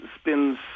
spins